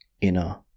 inner